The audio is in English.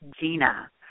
Gina